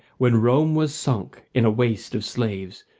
when rome was sunk in a waste of slaves,